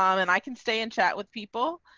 um and i can stay in chat with people.